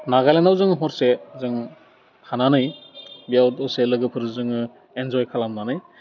नागालेण्डआव जों हरसे जों थानानै बेयाव दसे लोगोफोर जोङो एन्जय खालामनानै